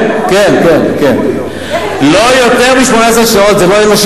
לא יותר מ-18 שעות.